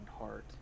Heart